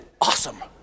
awesome